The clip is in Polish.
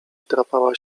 wdrapała